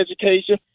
education